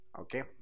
Okay